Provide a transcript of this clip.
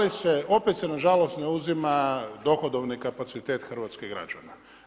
Opet se na žalost ne uzima dohodovni kapacitet hrvatskih građana.